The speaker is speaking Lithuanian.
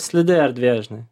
slidi erdvė žinai